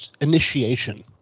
initiation